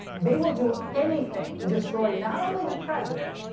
they will do anything to destroy not only the president,